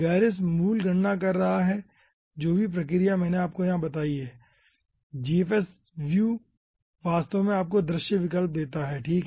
गेरिस मूल गणना कर रहा है जो भी प्रक्रिया मैंने आपको बताई है और जीएफएसव्यू वास्तव में आपको दृश्य विकल्प देता है ठीक है